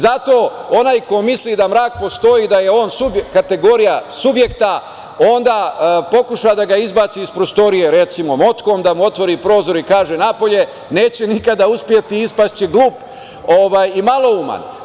Zato onaj ko misli da mrak postoji, da je on kategorija subjekta, onda pokuša da ga izbaci iz prostorije, recimo, motkom, da mu otvori prozore i kaže – napolje, neće nikada uspeti ispašće glup i malouman.